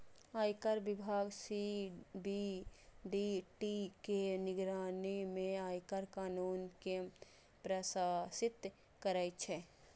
आयकर विभाग सी.बी.डी.टी के निगरानी मे आयकर कानून कें प्रशासित करै छै